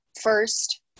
first